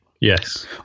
Yes